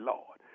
Lord